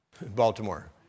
Baltimore